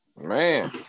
Man